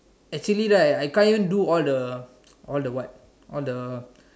actually right I can't do all the all the what all the